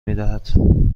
میدهد